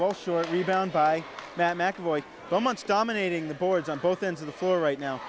well short rebound by that mcavoy so much dominating the boards on both ends of the four right now